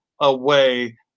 away